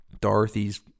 Dorothy's